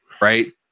right